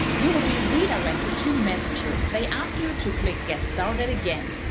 you'll be redirected to messenger. they ask you to click get started again.